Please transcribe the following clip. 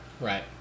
Right